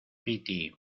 piti